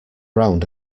round